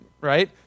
right